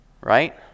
Right